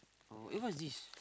oh eh what is this